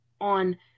on